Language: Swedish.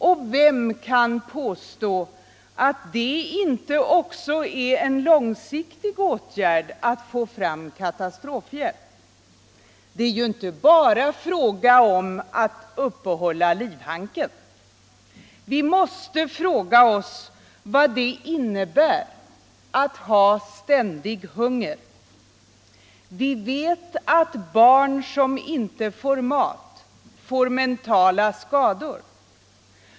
Och vem kan påstå att det inte också är en långsiktig åtgärd att få fram katastrofhjälp? Det är ju inte bara fråga om att uppehålla livhanken. Vi måste fråga oss vad det innebär att ha ständig hunger. Vi vet att barn som inte får mat får mentala skador.